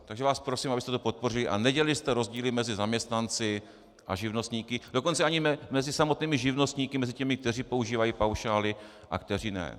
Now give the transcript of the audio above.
Takže vás prosím, abyste to podpořili a nedělali jste rozdíly mezi zaměstnanci a živnostníky, dokonce mezi samotnými živnostníky, mezi těmi, kteří používají paušály a kteří ne.